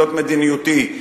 זאת מדיניותי,